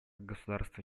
государства